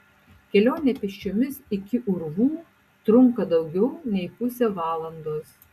kelionė pėsčiomis iki urvų trunka daugiau nei pusę valandos